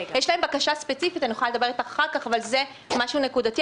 יש להם בקשה ספציפית אני יכולה לדבר איתך אחר כך אבל זה משהו נקודתי.